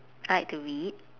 I like to read